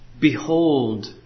Behold